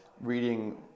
reading